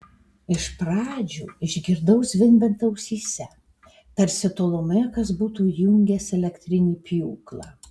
iš pradžių išgirdau zvimbiant ausyse tarsi tolumoje kas būtų įjungęs elektrinį pjūklą